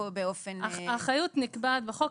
האחריות נקבעת בחוק.